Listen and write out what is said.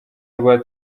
rwa